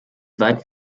weit